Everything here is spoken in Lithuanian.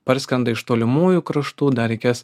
parskrenda iš tolimųjų kraštų dar reikės